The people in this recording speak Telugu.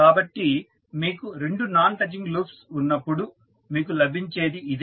కాబట్టి మీకు రెండు నాన్ టచింగ్ లూప్స్ ఉన్నప్పుడు మీకు లభించేది ఇదే